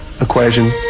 equation